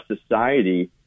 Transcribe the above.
society